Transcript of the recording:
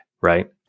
right